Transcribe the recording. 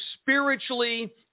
spiritually